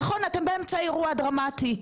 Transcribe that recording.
נכון, אתם באמצע אירוע דרמטי.